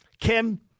Kim